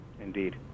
Indeed